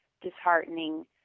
disheartening